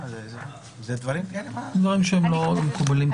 אלה דברים לא מקובלים.